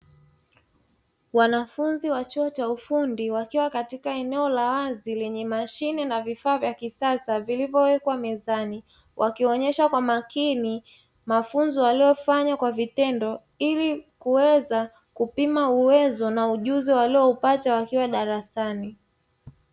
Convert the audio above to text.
Wanafunzi wa chuo cha ufundi wakiwa katika eneo la wazi lenye mashine na vifaa vya kisasa vilivyowekwa mezani. Wakionyesha kwa makini, mafunzo waliyofanya kwa vitendo ili kuweza kupima uwezo na ujuzi walioupata wakiwa darasani.